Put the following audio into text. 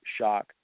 shock